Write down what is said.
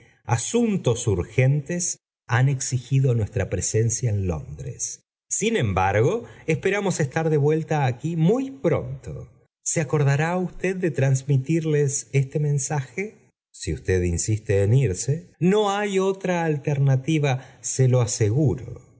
asuntos urgentes han exigido nuestra presencia en londres sin embargo esperamos estar de vuelta aquí muy pronto se acordará usted de transmitirles este mensaje si usted insiste en irse no hay otra alternativa se lo aseguro